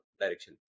direction